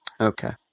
Okay